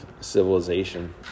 civilization